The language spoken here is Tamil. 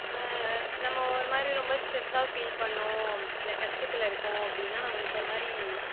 நம்ம ஒருமாதிரி ரொம்ப ஸ்ட்ரெஸ்ஸாக ஃபீல் பண்ணோம் இல்லை கஷ்டத்துல இருக்கோம் அப்படின்னா நம்மளுக்கு ஒருமாதிரி